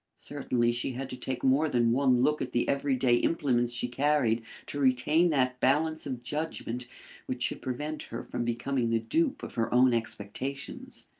certainly she had to take more than one look at the every-day implements she carried to retain that balance of judgment which should prevent her from becoming the dupe of her own expectations.